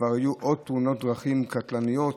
היו עוד תאונות דרכים קטלניות,